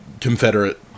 Confederate